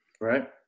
Right